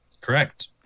Correct